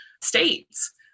states